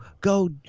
Go